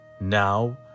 Now